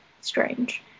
strange